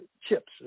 chips